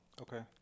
Okay